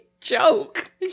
joke